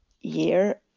year